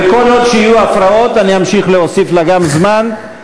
וכל עוד יהיו הפרעות אני אמשיך להוסיף לה גם זמן,